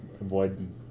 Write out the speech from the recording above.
avoid